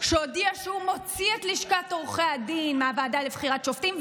שהודיע שהוא מוציא את לשכת עורכי הדין מהוועדה לבחירת שופטים,